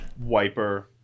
wiper